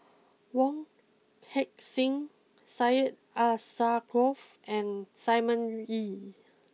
Wong Heck sing Syed Alsagoff and Simon Wee